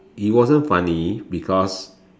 it wasn't funny because